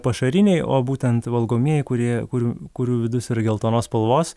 pašariniai o būtent valgomieji kurie kurių kurių vidus yra geltonos spalvos